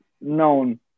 known